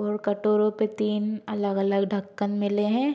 और कटोरो पर तीन अलग अलग ढक्कन मिले हैं